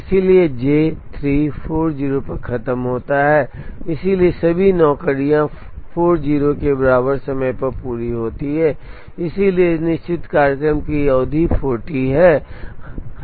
इसलिए J 3 40 पर खत्म होता है इसलिए सभी नौकरियां 40 के बराबर समय पर पूरी होती हैं इसलिए इस निश्चित कार्यक्रम के लिए अवधि 40 है